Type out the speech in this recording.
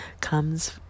comes